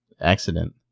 accident